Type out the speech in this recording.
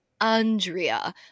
Andrea